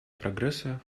прогресса